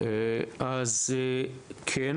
כן.